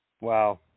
Wow